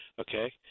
okay